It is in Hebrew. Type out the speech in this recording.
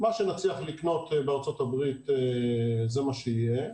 מה שנצליח לקנות בארצות הברית זה מה שיהיה,